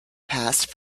passed